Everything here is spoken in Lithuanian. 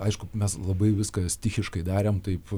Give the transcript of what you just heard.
aišku mes labai viskas stichiškai darėm taip